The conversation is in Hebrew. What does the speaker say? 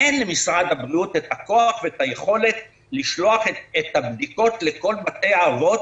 אין למשרד הבריאות את הכוח ואת היכולת לשלוח את הבדיקות לכל בתי האבות